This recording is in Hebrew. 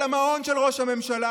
על המעון של ראש הממשלה,